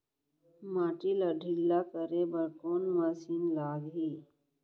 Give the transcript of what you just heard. माटी ला ढिल्ला करे बर कोन मशीन लागही?